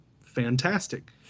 Fantastic